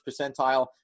percentile